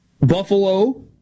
Buffalo